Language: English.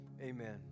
Amen